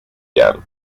jean